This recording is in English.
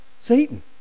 Satan